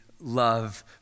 love